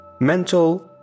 mental